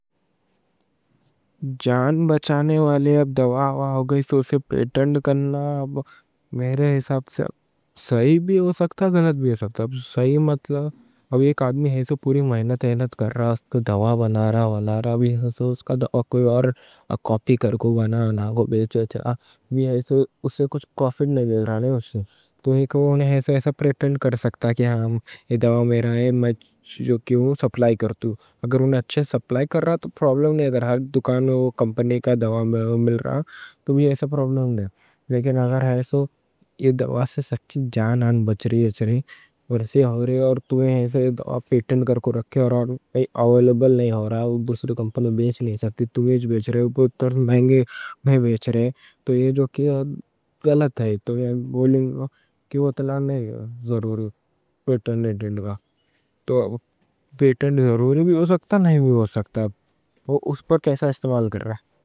جان بچانے والی دوا کو پیٹنٹ کرنا، میرے حساب سے صحیح بھی ہو سکتا، غلط بھی ہو سکتا۔ اب ایک آدمی ہے، پوری محنت کر رہا، دوا بنا رہا بھی ہے۔ اس کا دوا کوئی اور کاپی کر کو بنا رہا، بیچ رہا۔ تو ایسے پیٹنٹ کر سکتا کہ ہاں یہ دوا میرا ہے، میں جو سپلائی کرتا۔ اگر وہ اچھی سپلائی کر رہا تو پرابلم نہیں ہے۔ اگر ہر دکان کو کمپنی کا دوا مل رہا تو بھی پرابلم نہیں ہے۔ لیکن اگر یہ دوا سے سچ جان بچ رہی ہے، اور ایسا ہو رہے، تو ایسے دوا پیٹنٹ کر کو رکھے اور آویلیبل نہیں ہو رہا، کمپنو بیچ نہیں سکتی۔ تو یہ بیچ رہے، وہ تو مہنگے میں بیچ رہے۔ تو یہ جو غلط ہے۔ تو پیٹنٹ ضروری بھی ہو سکتا، نہیں بھی ہو سکتا، وہ اس پر کیسا استعمال کر رہا ہے۔